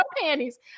panties